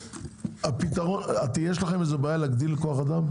יש לכם בעיה להגדיל את כוח האדם?